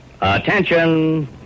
Attention